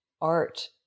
art